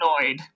annoyed